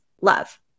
love